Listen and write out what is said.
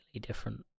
different